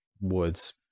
woods